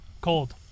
cold